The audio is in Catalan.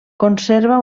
conserva